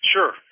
Sure